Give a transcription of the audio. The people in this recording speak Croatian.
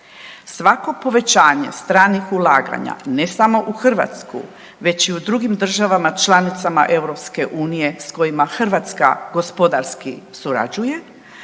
Svako povećanje stranih ulaganja ne samo u Hrvatsku već i u drugim državama članicama EU s kojima Hrvatska gospodarski surađuje